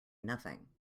nothing